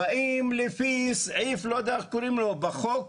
באים לפי סעיף לא יודע איך קוראים לו בחוק,